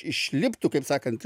išliptų kaip sakant